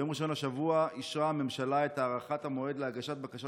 ביום ראשון השבוע אישרה הממשלה את הארכת המועד להגשת בקשות